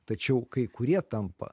tačiau kai kurie tampa